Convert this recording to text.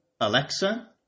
Alexa